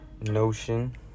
notion